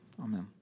Amen